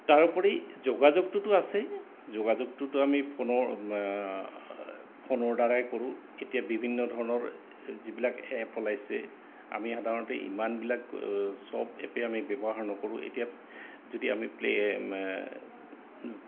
তাৰোপৰি যোগাযোগটোতো আছে যোগাযোগটোতো আমি ফোনৰ ফোনৰ দ্বাৰাই কৰোঁ এতিয়া বিভিন্ন ধৰণৰ যিবিলাক এপ ওলাইছে আমি সাধাৰণতে ইমানবিলাক চব এপেই আমি ব্যৱহাৰ নকৰোঁ এতিয়া যদি আমি